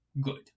good